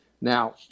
Now